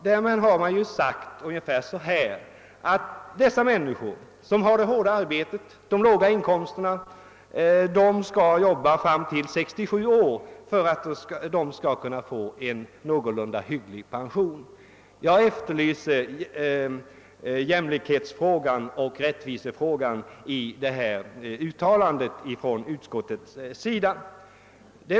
Därmed har man sagt, att de människor som har det hårdaste arbetet och de lägsta inkomsterna skall jobba fram till 67 års ålder för att få en någorlunda hygglig pension. Jag efterlyser jämlikhetsoch rättvisetanken i detta utskottets uttalande.